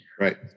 Right